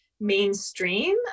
mainstream